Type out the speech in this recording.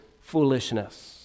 foolishness